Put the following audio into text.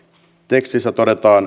tekstissä todetaan